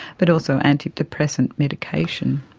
but also antidepressant medication.